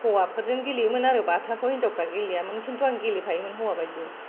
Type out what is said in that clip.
हौवाफोरजों गेलेयोमोन आरो बाथाखौ हिनजावफ्रा गेलेयामोन खिनथु आं गेलेफायोमोन हौवा बादि